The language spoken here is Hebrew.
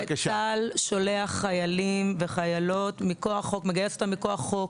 צה"ל מגייס חיילים וחיילות מכוח חוק.